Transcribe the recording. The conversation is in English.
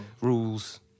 rules